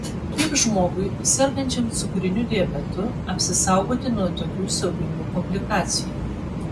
kaip žmogui sergančiam cukriniu diabetu apsisaugoti nuo tokių siaubingų komplikacijų